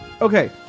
Okay